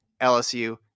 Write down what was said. lsu